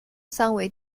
三维